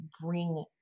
bring